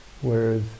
Whereas